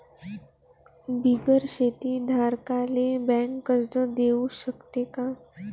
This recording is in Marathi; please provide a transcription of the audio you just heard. बिगर शेती धारकाले बँक कर्ज देऊ शकते का?